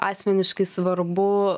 asmeniškai svarbu